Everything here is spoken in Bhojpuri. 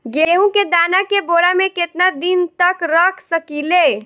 गेहूं के दाना के बोरा में केतना दिन तक रख सकिले?